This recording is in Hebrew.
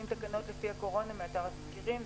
תקנות מכוח חוק הקורונה מאתר התזכירים.